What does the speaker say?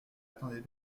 attendez